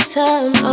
time